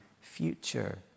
future